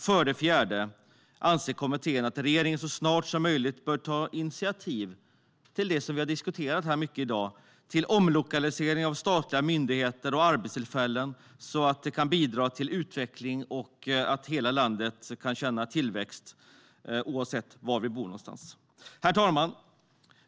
För det fjärde anser kommittén att regeringen så snart som möjligt bör ta initiativ till det som vi har diskuterat mycket här i dag, nämligen omlokalisering av statliga myndigheter och arbetstillfällen så att de kan bidra till utveckling och att hela landet kan få tillväxt. Herr talman!